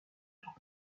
furent